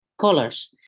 colors